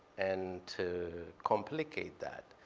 and to complicate that,